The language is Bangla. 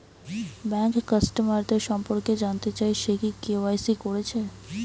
ব্যাংক কাস্টমারদের সম্পর্কে জানতে চাই সে কি কে.ওয়াই.সি কোরেছে